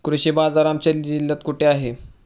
कृषी बाजार आमच्या जिल्ह्यात कुठे आहे?